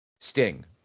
Sting